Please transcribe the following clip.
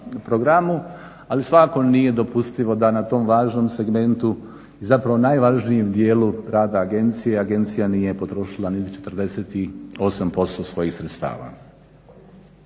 programu. Ali svakako nije dopustivo da na tom važnom segmentu, zapravo najvažnije dijelu rada agencije agencija nije potrošila niti 48% svojih sredstava.